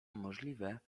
możliwe